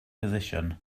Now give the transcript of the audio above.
position